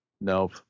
Nope